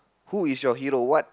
who is your hero what